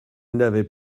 n’avait